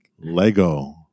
Lego